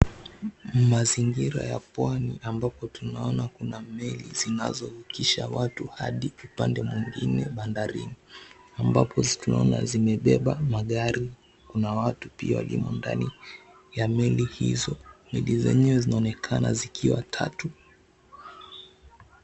Mazingira ya pwani ambapo tunaona kuna meli zinazo vukisha watu hadi upande mwingine bandarini, ambapo tunaona zimebeba magari na watu pia walimo ndani ya meli hizo. Meli zenyewe zinaonekana zikiwa tatu.